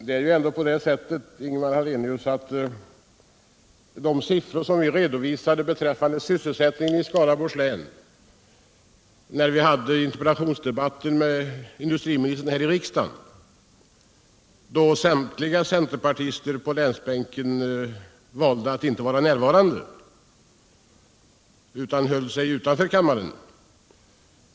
Det var ändå så, Ingemar Hallenius, att när vi redovisade siffrorna beträffande sysselsättningen i Skaraborgs län i samband med interpellationsdebatten med industriministern här i riksdagen, då valde samtliga centerpartister på länsbänken att inte vara närvarande och höll sig utanför kammaren.